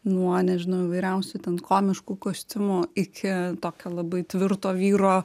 nuo nežinau įvairiausių ten komiškų kostiumų iki tokio labai tvirto vyro